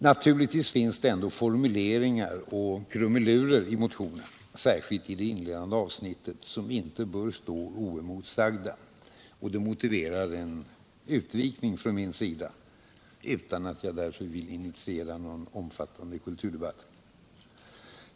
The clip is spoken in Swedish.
Naturligtvis finns det ändå formuleringar och krumelurer, särskilt i det inledande avsnittet i motionen. som inte bör stå oemotsagda. Det motiverar en utvikning från min sida, utan att jag därför vill initiera någon omfattande kulturdebatt.